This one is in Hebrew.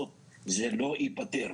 זה לא ייפתר.